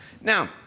Now